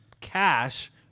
cash